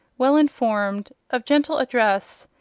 well-informed, of gentle address,